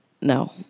no